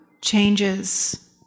changes